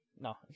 no